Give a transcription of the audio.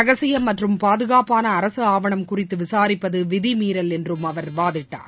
ரகசியம் மற்றும் பாதுனப்பான அரசு ஆவணம் குறித்து விசாரிப்பது விதிமீறல் என்றும் அவர் வாதிட்டார்